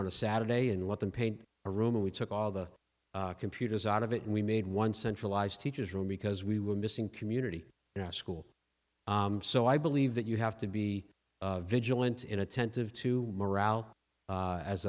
on a saturday and let them paint a room and we took all the computers out of it and we made one centralized teacher's room because we were missing community in our school so i believe that you have to be vigilant inattentive to morale a